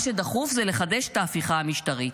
מה שדחוף זה לחדש את ההפיכה המשטרית,